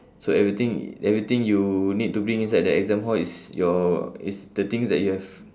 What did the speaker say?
so everything everything you need to bring inside the exam hall is your is the things that you've